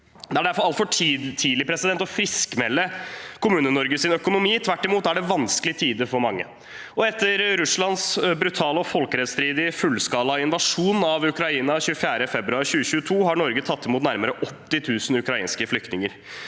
Det er derfor altfor tidlig å friskmelde Kommune-Norges økonomi, tvert imot er det vanskelige tider for mange. Etter Russlands brutale og folkerettsstridige fullskala invasjon av Ukraina den 24. februar 2022 har Norge tatt imot nærmere 80 000 ukrainske flyktninger.